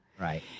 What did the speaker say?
Right